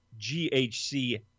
GHC